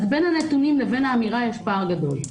אז בין הנתונים לבין האמירה יש פער גדול.